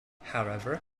however